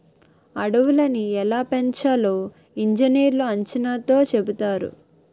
అడవులని ఎలా పెంచాలో ఇంజనీర్లు అంచనాతో చెబుతారు